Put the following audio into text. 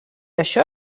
això